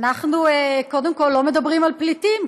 אנחנו קודם כול לא נדבר על פליטים,